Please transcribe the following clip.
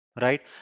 right